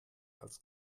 als